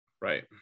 right